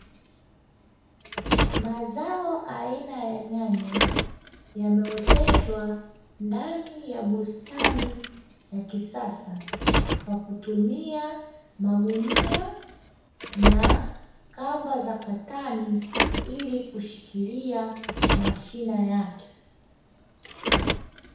Mazao aina ya nyanya yameoteshwa ndani ya bustani ya kisasa, kwa kutumia magunia na kamba za katani, ili kushikilia mashina yake.